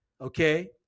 Okay